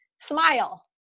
smile